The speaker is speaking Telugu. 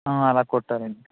అలా కుట్టాలండి